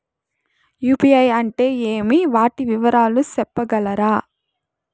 UPI అంటే ఏమి? వాటి వివరాలు సెప్పగలరా?